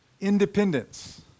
independence